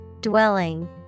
Dwelling